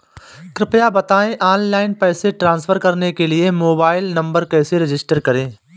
कृपया बताएं ऑनलाइन पैसे ट्रांसफर करने के लिए मोबाइल नंबर कैसे रजिस्टर करें?